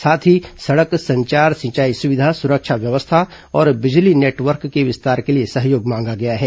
साथ ही सड़क संचार सिंचाई सुविधा सुरक्षा व्यवस्था और बिजली नेटवर्क के विस्तार के लिए सहयोग मांगा गया है